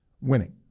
winning